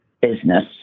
business